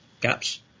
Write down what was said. gaps